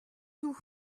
tout